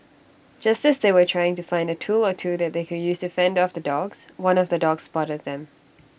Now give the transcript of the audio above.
just as they were trying to find A tool or two that they could use to fend off the dogs one of the dogs spotted them